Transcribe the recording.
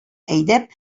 әйдәп